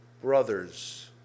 brothers